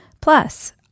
Plus